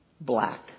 black